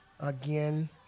Again